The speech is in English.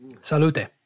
Salute